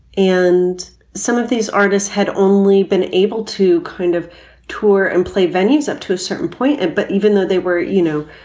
and some of these artists had only been able to kind of tour and play venues up to a certain point. and but even though they were, you know,